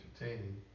entertaining